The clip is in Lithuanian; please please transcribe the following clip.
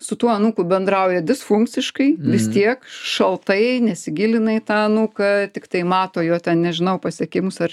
su tuo anūku bendrauja disfunkciškai vis tiek šaltai nesigilina į tą anūką tiktai mato jo ten nežinau pasiekimus ar